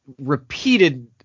repeated –